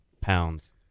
pounds